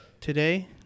today